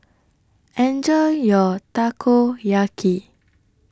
Enjoy your Takoyaki